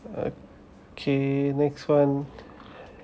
okay next one